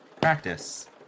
Practice